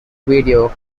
video